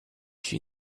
she